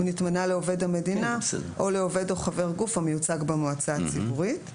הוא נתמנה לעובד המדינה או לעובד או חבר גוף המיוצג במועצה הציבורית;